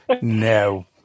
No